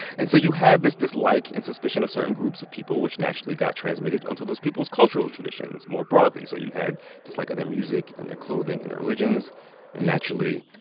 and so you have this dislike and suspicion of certain groups of people, which naturally got transmitted onto people's cultural traditions, more broadly. so you had dislike of their music and their clothing and their religions and, naturally,